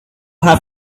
have